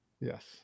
Yes